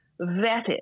vetted